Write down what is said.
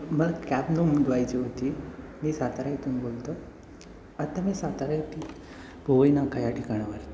मला कॅब नोंदवायची होती मी सातारा इथून बोलतो आहे आता मी सातारा इतंथं पोवई नाका या ठिकाणवरती